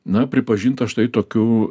na pripažintas štai tokiu